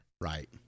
Right